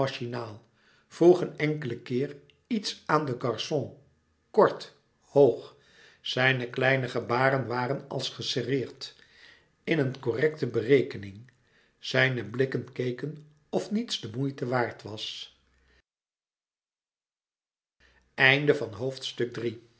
vroeg een enkelen keer iets aan den garçon kort hoog zijne kleine gebaren waren als geserreerd in een correcte berekening zijne blikken keken of niets de moeite waard was